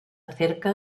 cerca